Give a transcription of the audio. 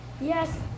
Yes